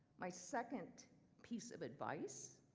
my second piece of advice,